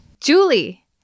julie